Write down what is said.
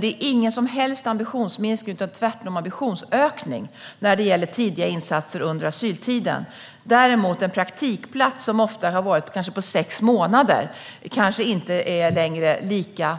Det är ingen ambitionssänkning utan tvärtom en ambitionshöjning när det gäller tidiga insatser under asylprövningstiden. Däremot är kanske en praktikplats, som ofta är på sex månader, inte lika